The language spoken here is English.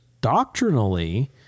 doctrinally